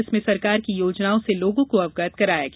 इसमें सरकार की योजनाओं से लोगों को अवगत कराया गया